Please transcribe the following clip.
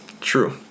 True